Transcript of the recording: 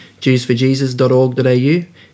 JewsforJesus.org.au